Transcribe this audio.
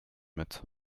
mit